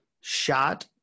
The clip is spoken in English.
shot